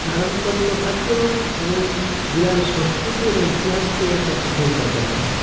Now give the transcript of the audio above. ପାରମ୍ପରିକ ଖାଦ୍ୟ ଏବଂ ଜିଲ୍ଲାର ସଂସ୍କୃତି ଏବଂ ଇତିହାସକୁ ଏହା ପ୍ରତିଫଳିତ କରିଥାଏ